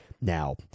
now